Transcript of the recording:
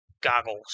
goggles